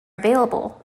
available